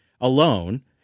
alone